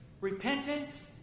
Repentance